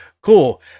Cool